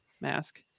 mask